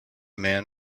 man